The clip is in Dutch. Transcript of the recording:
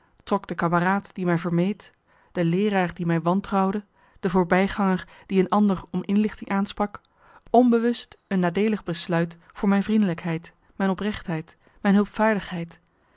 de kameraad die mij vermeed de leeraar die mij wantrouwde de voorbijganger die een ander om inlichting aansprak onbewust een nadeelig besluit voor mijn vriendelijkheid mijn oprechtheid mijn